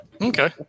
Okay